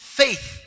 faith